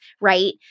right